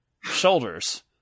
shoulders